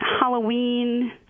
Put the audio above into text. Halloween